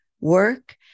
work